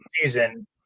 season